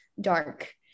dark